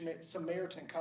Samaritan